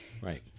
right